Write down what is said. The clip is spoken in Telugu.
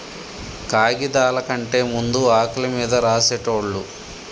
కాగిదాల కంటే ముందు ఆకుల మీద రాసేటోళ్ళు